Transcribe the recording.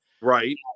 Right